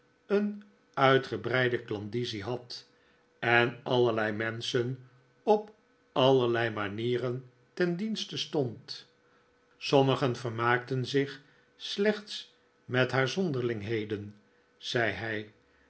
een uitgebreide klandizie had en allerlei menschen op allerlei manieren ten dienste stond sommigen vermaakten zich slechts met haar zonderlingheden zei hij